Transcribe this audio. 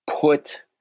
put